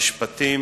משרד המשפטים,